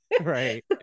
Right